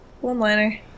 One-liner